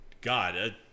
God